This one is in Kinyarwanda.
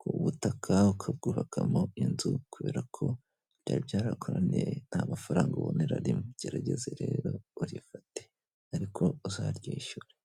ku butaka ukaguraragamo inzu, kubera ko byari byarakunaniye nta mafaranga ubonera rimwe gerageze rero urifate ariko uzaryishyura.